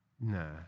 Nah